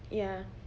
ya